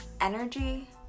energy